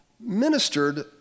ministered